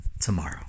tomorrow